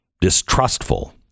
distrustful